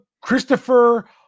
Christopher